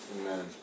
Amen